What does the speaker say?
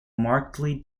markedly